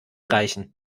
reichen